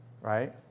right